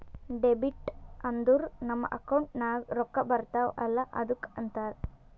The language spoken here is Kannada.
ಡೆಬಿಟ್ ಅಂದುರ್ ನಮ್ ಅಕೌಂಟ್ ನಾಗ್ ರೊಕ್ಕಾ ಬರ್ತಾವ ಅಲ್ಲ ಅದ್ದುಕ ಅಂತಾರ್